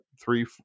Three